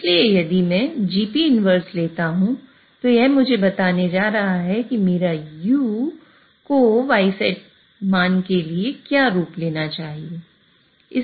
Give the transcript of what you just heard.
इसलिए यदि मैं Gp 1 लेता हूं तो यह मुझे बताने जा रहा है कि मेरे u को ysetमान के लिए क्या रूप लेना चाहिए